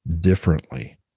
differently